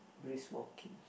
brisk walking